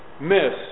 miss